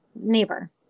neighbor